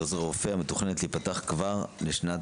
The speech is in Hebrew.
לעוזרי רופא המתוכננת להיפתח כבר בשנת